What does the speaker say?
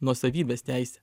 nuosavybės teisę